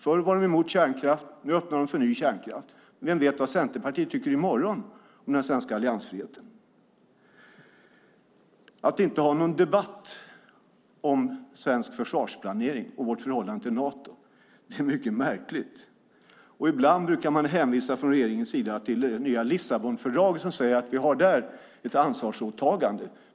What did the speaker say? Förr var de emot kärnkraft; nu öppnar de för ny kärnkraft. Vem vet vad Centerpartiet tycker i morgon när det gäller den svenska alliansfriheten? Att inte ha någon debatt om svensk försvarsplanering och vårt förhållande till Nato är mycket märkligt. Ibland brukar regeringen hänvisa till det nya Lissabonfördraget som säger att vi har ett ansvarsåtagande.